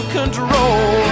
control